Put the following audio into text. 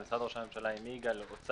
משרד ראש הממשלה עם יגאל פרסלר,